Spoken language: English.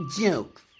jokes